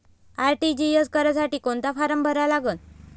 RTGS करासाठी कोंता form भरा लागन?